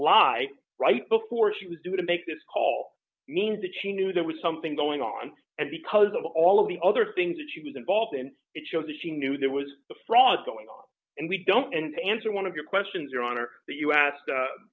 why right before she was due to make this call means that she knew there was something going on and because of all of the other things that she was involved in it showed that she knew there was a fraud going on and we don't and answer one of your questions your honor that you ask